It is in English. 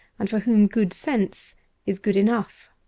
and for whom good sense is good enough.